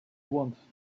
once